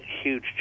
huge